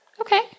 Okay